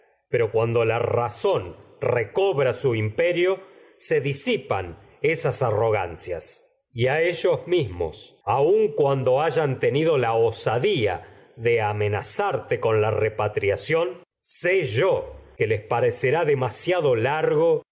cuando la razón recobra imperio aun la disipan esas arro gancias y osadía de a ellos mismos con cuando hayan tenido la yo que amenazarte repatriación sé no les parecerá les demasiado largo